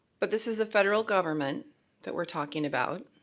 but this is the federal government that we're talking about,